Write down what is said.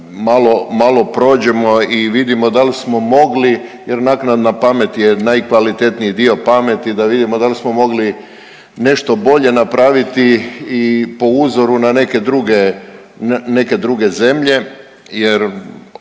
malo prođemo i vidimo dal smo mogli jer naknada pamet je najkvalitetniji dio pameti da vidimo dal smo mogli nešto bolje napraviti i po uzoru na neke druge zemlje jer